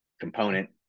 component